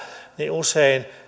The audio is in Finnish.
niin usein